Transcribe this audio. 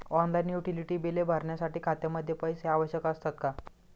Online utility बिले भरण्यासाठी खात्यामध्ये पैसे आवश्यक असतात का?